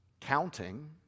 counting